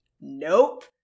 nope